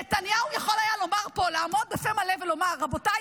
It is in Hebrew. נתניהו יכול היה לעמוד ולומר פה בפה מלא: רבותיי,